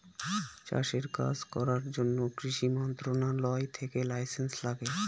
চাষের কাজ করার জন্য কৃষি মন্ত্রণালয় থেকে লাইসেন্স লাগে